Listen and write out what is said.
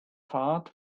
fahrrad